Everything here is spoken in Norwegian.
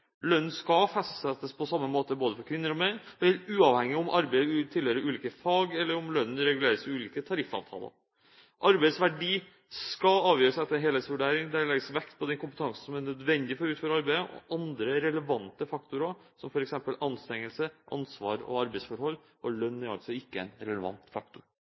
lønn for likt arbeid, og arbeid av lik verdi. Lønnen skal fastsettes på samme måte for både kvinner og menn, og gjelder uavhengig av om arbeidet tilhører ulike fag eller om lønnen reguleres i ulike tariffavtaler. Arbeidets verdi skal avgjøres etter en helhetsvurdering der det legges vekt på den kompetansen som er nødvendig for å utføre arbeidet og andre relevante faktorer, som f.eks. anstrengelse, ansvar og arbeidsforhold. Lønn er altså ikke en relevant